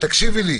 תקשיבי לי,